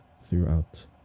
throughout